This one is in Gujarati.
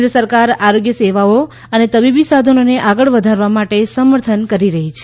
કેજ્ર સરકાર આરોગ્ય સેવાઓ અને તબીબી સાધનોને આગળ વધારવા માટે સમર્થન કરી રહી છે